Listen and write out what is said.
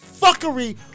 fuckery